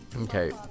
Okay